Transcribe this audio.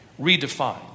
redefined